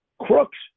Crooks